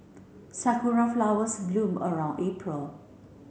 Sakura flowers bloom around April